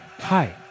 hi